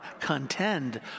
contend